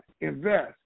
invest